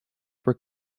were